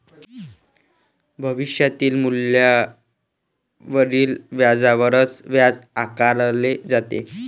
भविष्यातील मूल्यावरील व्याजावरच व्याज आकारले जाते